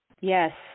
Yes